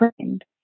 trained